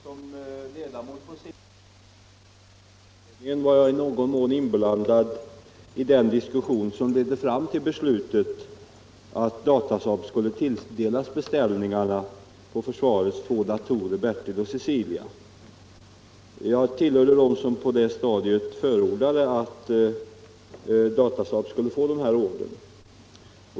Herr talman! Som ledamot på sin tid i dataindustriutredningen var jag i någon mån inblandad i den diskussion som ledde fram till beslutet att Datasaab skulle tilldelas beställningarna på försvarets två datorer Bertil och Cecilia. Jag tillhörde dem som på det stadiet förordade att Datasaab skulle få den här ordern.